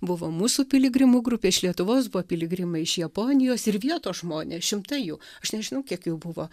buvo mūsų piligrimų grupė iš lietuvos buvo piligrimai iš japonijos ir vietos žmonės šimtai jų aš nežinau kiek jų buvo